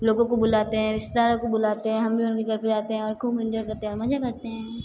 लोगों को बुलाते हैं रिश्तेदारों को बुलाते हैं हम भी उनके घर पे जाते हैं और खूब इंजॉय करते हैं और मज़े करते हैं